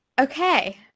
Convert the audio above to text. okay